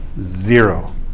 Zero